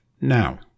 now